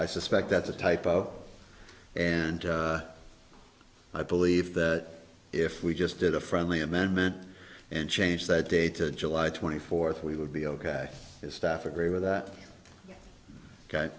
i suspect that the type of and i believe that if we just did a friendly amendment and change that dated july twenty fourth we would be ok his staff agree with that guy